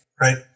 right